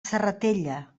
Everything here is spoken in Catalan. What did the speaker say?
serratella